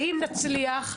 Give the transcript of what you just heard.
ואם נצליח,